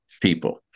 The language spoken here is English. People